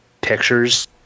pictures